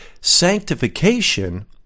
sanctification